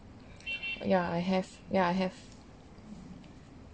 yeah I have yeah I have